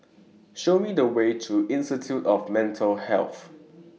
Show Me The Way to Institute of Mental Health